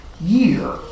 year